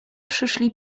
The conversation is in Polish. przyszli